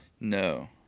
No